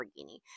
Lamborghini